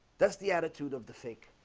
that's the attitude of the fake